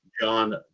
John